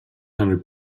hundred